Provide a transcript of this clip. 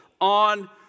on